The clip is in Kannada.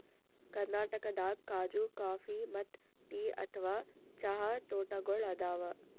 ಕರ್ನಾಟಕದಾಗ್ ಖಾಜೂ ಕಾಫಿ ಮತ್ತ್ ಟೀ ಅಥವಾ ಚಹಾ ತೋಟಗೋಳ್ ಅದಾವ